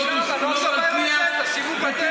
תשימו גדר.